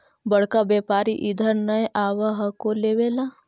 बड़का व्यापारि इधर नय आब हको लेबे ला?